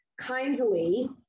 kindly